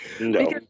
No